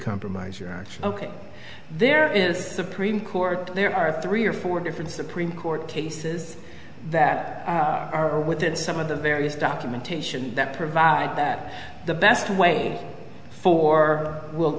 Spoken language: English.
compromise your ok there is supreme court there are three or four different supreme court cases that are within some of the various documentation that provide that the best way for will